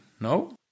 No